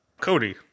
Cody